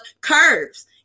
curves